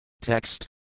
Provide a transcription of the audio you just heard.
TEXT